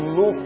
no